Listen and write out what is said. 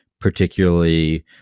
particularly